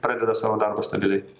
pradeda savo darbą stabiliai